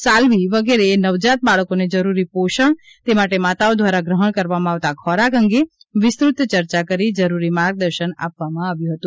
સાલ્વી વગેરે એ નવજાત બાળકોને જરૂરી પોષણ તે માટે માતાઓ દ્વારા ગ્રહણ કરવામાં આવતા ખોરાક અંગે વિસ્ત્રત ચર્ચા કરી જરૂરી માર્ગદર્શન આપવામાં આવ્યું હતું